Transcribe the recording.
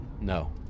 No